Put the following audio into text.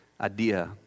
idea